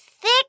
thick